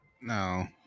No